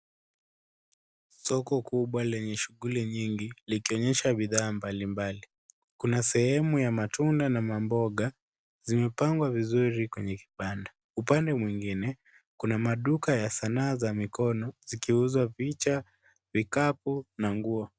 Soko kubwa lenye shughuli nyingi likionyesha bidhaa mbali mbali kuna sehemu ya matunda na mamboga zimepandwa vizuri kwenye kibanda. Upande mwingine kuna maduka ya sanaa za mikono zikiuzwa picha, vikapu na nguo.